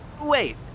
Wait